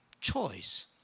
Choice